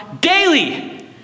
daily